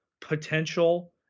potential